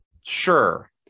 Sure